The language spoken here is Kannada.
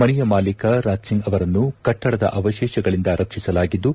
ಮನೆಯ ಮಾಲೀಕ ರಾಜ್ಸಿಂಗ್ ಅವರನ್ನು ಕಟ್ಟಡದ ಅವಶೇಷಗಳಿಂದ ರಕ್ಷಿಸಲಾಗಿದ್ದು